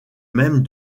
même